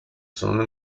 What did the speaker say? sono